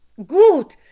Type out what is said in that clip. goot!